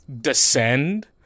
descend